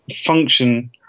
function